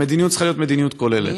המדיניות צריכה להיות מדיניות כוללת.